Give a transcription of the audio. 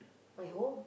my home